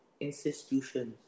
institutions